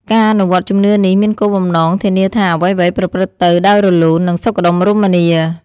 ការអនុវត្តជំនឿនេះមានគោលបំណងធានាថា អ្វីៗប្រព្រឹត្តទៅដោយរលូន និងសុខដុមរមនា។